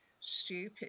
stupid